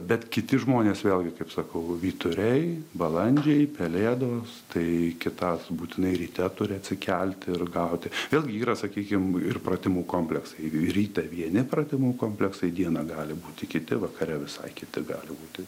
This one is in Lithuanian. bet kiti žmonės vėlgi kaip sakau vyturiai balandžiai pelėdos tai kitas būtinai ryte turi atsikelti ir gauti vėlgi yra sakykim ir pratimų kompleksairytą vieni pratimų kompleksai dieną gali būti kiti vakare visai kiti gali būti